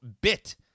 bit